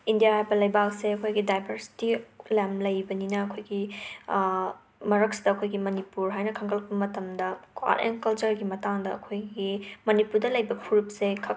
India ꯍꯥꯏꯕ ꯂꯩꯕꯥꯛꯁꯦ ꯑꯩꯈꯣꯏꯒꯤ ꯗꯥꯏꯕꯔꯁꯇꯤ ꯂꯝ ꯂꯩꯕꯅꯤꯅ ꯑꯩꯈꯣꯏꯒꯤ ꯃꯔꯛꯁꯤꯗ ꯑꯩꯈꯣꯏꯒꯤ ꯃꯅꯤꯄꯨꯔ ꯍꯥꯏꯅ ꯈꯪꯒꯜꯂꯛ ꯃꯇꯝꯗ ꯑꯥꯔꯠ ꯑꯦꯟ ꯀꯜꯆꯔꯒꯤ ꯃꯇꯥꯡꯗ ꯑꯩꯈꯣꯏꯒꯤ ꯃꯅꯤꯄꯨꯔꯗ ꯂꯩꯕ ꯐꯨꯔꯨꯞꯁꯦ ꯈꯛ